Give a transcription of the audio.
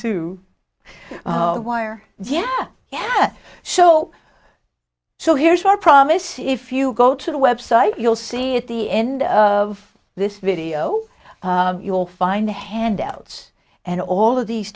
wire yeah yeah so so here's our promise if you go to the website you'll see at the end of this video you'll find the handouts and all of these